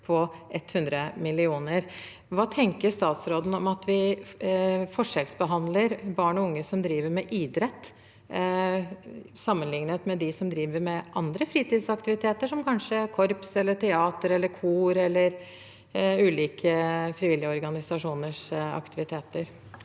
på 100 mill. kr. Hva tenker statsråden om at vi forskjellsbehandler barn og unge som driver med idrett, sammenlignet med dem som driver med andre fritidsaktiviteter, som korps, teater, kor eller ulike frivillige organisasjoners aktiviteter?